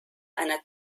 einer